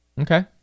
Okay